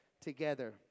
together